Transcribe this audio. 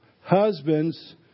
Husbands